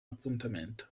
appuntamento